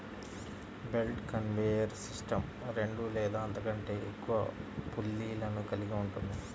belt conveyor system రెండు లేదా అంతకంటే ఎక్కువ పుల్లీలను కలిగి ఉంటుంది